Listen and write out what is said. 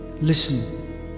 Listen